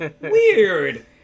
weird